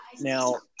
Now